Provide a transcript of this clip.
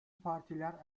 partiler